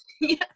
Yes